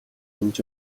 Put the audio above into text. таньж